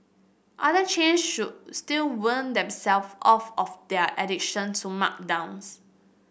other chains should still wean themself off of their addiction to markdowns